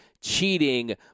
cheating